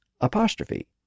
apostrophe